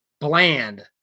bland